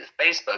Facebook